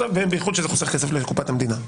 ובייחוד שזה חוסך כסף לקופת המדינה.